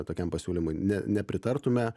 tokiam pasiūlymui ne nepritartume